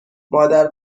مادر